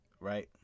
Right